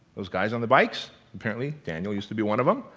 those guys on the bikes apparently daniel used to be one of them,